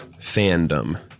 fandom